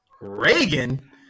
Reagan